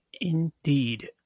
Indeed